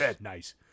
Nice